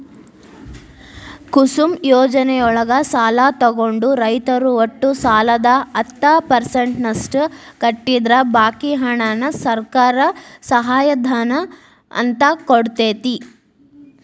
ಕುಸುಮ್ ಯೋಜನೆಯೊಳಗ ಸಾಲ ತೊಗೊಂಡ ರೈತರು ಒಟ್ಟು ಸಾಲದ ಹತ್ತ ಪರ್ಸೆಂಟನಷ್ಟ ಕಟ್ಟಿದ್ರ ಬಾಕಿ ಹಣಾನ ಸರ್ಕಾರ ಸಹಾಯಧನ ಅಂತ ಕೊಡ್ತೇತಿ